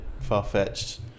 far-fetched